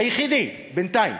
היחידי, בינתיים,